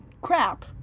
crap